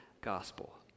gospel